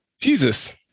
Jesus